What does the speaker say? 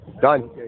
Done